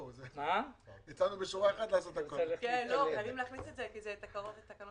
סיוע לעצמאי יהיה בסכום השווה למכפלת 0.7 בסכום